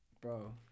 Bro